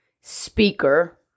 speaker